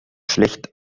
schlecht